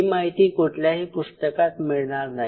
ही माहिती कुठल्याही पुस्तकात मिळणार नाही